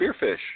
Spearfish